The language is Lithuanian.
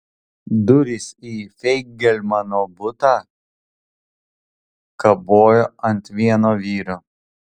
durys į feigelmano butą kabojo ant vieno vyrio